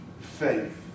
faith